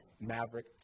maverick